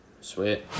Sweet